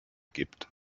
gibt